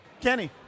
Kenny